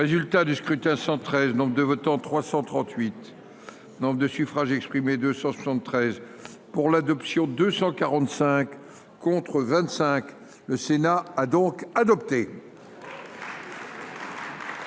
Résultat du scrutin 113 nombre de votants, 338. Nombre de suffrages exprimés, 273 pour l'adoption, 245 contre 25. Le Sénat a donc adopté.